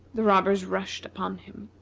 the robbers rushed upon him.